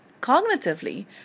cognitively